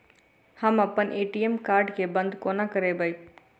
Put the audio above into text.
हम अप्पन ATM card केँ बंद कोना करेबै?